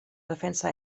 defensa